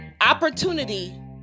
opportunity